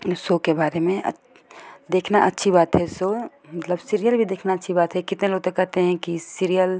इस सो के बारे में देखना अच्छी बात है सो मतलब सीरियल भी देखना अच्छी बात है कितने लोग तो कहते हैं कि सीरियल